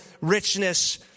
richness